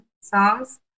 songs